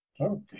Okay